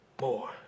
more